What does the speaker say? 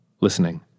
listening